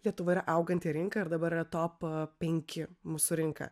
lietuva yra auganti rinka ir dabar yra top penki mūsų rinka